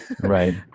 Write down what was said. Right